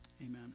amen